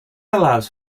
allows